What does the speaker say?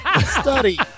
Study